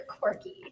quirky